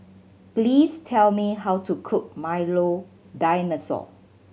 please tell me how to cook Milo Dinosaur